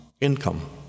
income